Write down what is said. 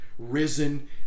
risen